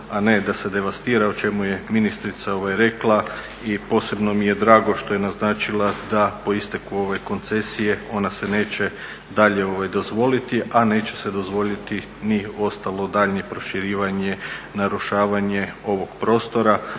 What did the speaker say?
a ne da se devastira o čemu je ministrica rekla. I posebno mi je drago što je naznačila da po isteku ove koncesije ona se neće dalje dozvoliti, a neće se dozvoliti ni ostalo daljnje proširivanje, narušavanje ovog prostora